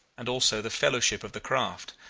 and also the fellowship of the craft,